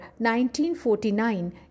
1949